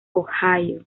ohio